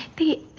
the